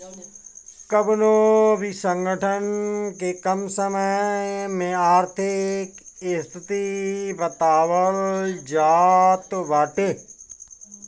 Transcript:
कवनो भी संगठन के कम समय में आर्थिक स्थिति के बतावल जात बाटे